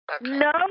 No